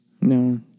No